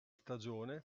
stagione